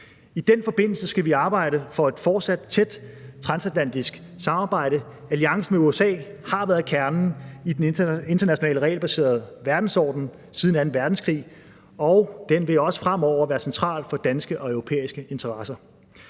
I den forbindelse skal vi arbejde for et fortsat tæt transatlantisk samarbejde. Alliancen med USA har været kernen i den internationale regelbaserede verdensorden siden anden verdenskrig, og den vil også fremover være central for danske og europæiske interesser.